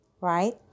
right